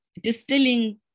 distilling